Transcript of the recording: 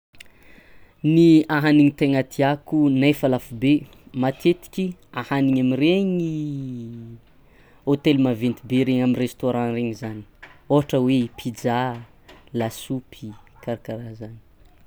Ny ahanigny taigna tiako naifa lafo be: matetiky ahanigny amiregny hôtely maventy be regny, amy restaurant regny zany ohatra hoe pizza a, lasopy karakaraha zany.